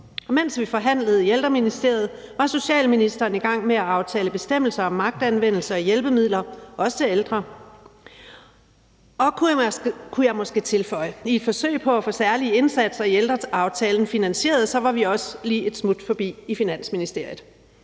Mens vi forhandlede i Social-, Bolig- og Ældreministeriet, var socialministeren i gang med at aftale bestemmelser om magtanvendelser og hjælpemidler, også til ældre. Og, kunne jeg måske tilføje, i et forsøg på at få særlige indsatser i ældreaftalen finansieret var vi også lige et smut forbi Finansministeriet.